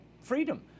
freedom